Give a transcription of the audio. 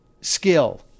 skill